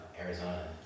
Arizona